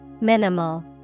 Minimal